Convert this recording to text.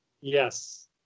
yes